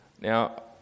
Now